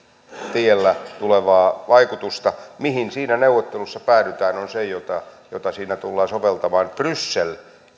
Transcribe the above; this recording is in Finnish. tulevaa vaikutusta mihin siinä neuvottelussa päädytään se on se jota jota siinä tullaan soveltamaan bryssel